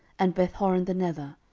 and bethhoron the nether,